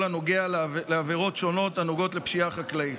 הנוגע לעבירות שונות הנוגעות לפשיעה חקלאית.